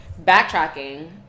backtracking